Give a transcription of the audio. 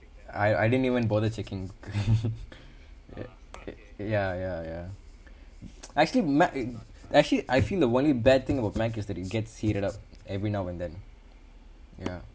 I I didn't even bother checking it ya ya ya actually mac actually I feel the only bad thing about mac is that it gets heated up every now and then ya